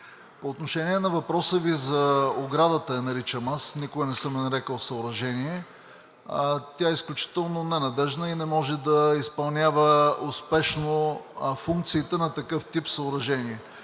По отношение на въпроса Ви за – оградата я наричам аз, никога не съм я нарекъл съоръжение. Тя е изключително ненадеждна и не може да изпълнява успешно функциите на такъв тип съоръжение.